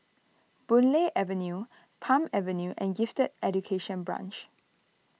Boon Lay Avenue Palm Avenue and Gifted Education Branch